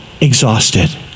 exhausted